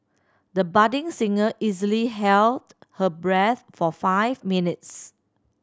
the budding singer easily held her breath for five minutes